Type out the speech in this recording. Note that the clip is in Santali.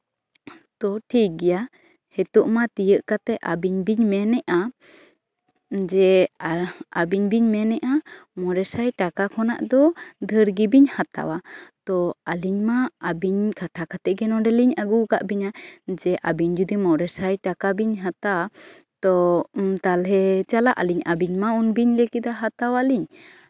ᱛᱚ ᱴᱷᱤᱠ ᱜᱮᱭᱟ ᱱᱤᱛᱳᱜ ᱢᱟ ᱛᱤᱭᱳᱜ ᱠᱟᱛᱮᱜ ᱟᱹᱵᱤᱱ ᱵᱮᱱ ᱢᱮᱱ ᱮᱜᱼᱟ ᱡᱮ ᱟᱹᱵᱤᱱ ᱵᱤᱱ ᱢᱮᱱ ᱮᱜᱼᱟ ᱢᱚᱬᱮ ᱥᱟᱭ ᱴᱟᱠᱟ ᱠᱷᱚᱱᱟᱜ ᱫᱚ ᱰᱷᱮᱨ ᱜᱮᱵᱤᱱ ᱦᱟᱛᱟᱣᱟ ᱛᱚ ᱟᱹᱞᱤᱧ ᱢᱟ ᱟᱹᱵᱤᱱ ᱠᱷᱟᱛᱟ ᱠᱟᱛᱮ ᱜᱮ ᱱᱚᱰᱮ ᱞᱤᱧ ᱟᱹᱜᱩ ᱠᱟᱜ ᱵᱤᱱᱟ ᱡᱮ ᱟᱵᱤᱱ ᱡᱚᱫᱤ ᱢᱚᱬᱮ ᱥᱟᱭ ᱴᱟᱠᱟ ᱵᱤᱱ ᱦᱟᱛᱟᱣᱟ ᱛᱚ ᱛᱟᱦᱚᱞᱮ ᱪᱟᱞᱟᱜ ᱟᱹᱞᱤᱧ ᱟᱹᱵᱤᱱ ᱢᱟ ᱩᱱ ᱵᱤᱱ ᱞᱟᱹᱭᱫᱟ ᱦᱟᱛᱟᱣ ᱟᱹᱞᱤᱧ